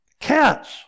Cats